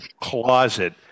closet